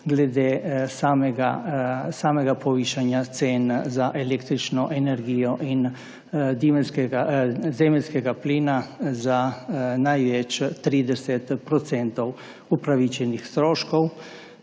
glede samega povišanja cen za električno energijo in zemeljskega plina za največ 30 % upravičenih stroškov.